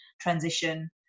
transition